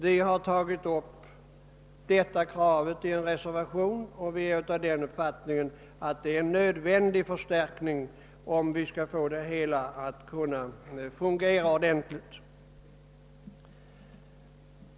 Vi har tagit upp detta krav i en reservation, och vi har den uppfattningen att en sådan förstärkning är nödvändig om vi skall få det hela att fungera ordentligt.